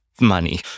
money